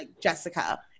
jessica